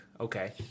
Okay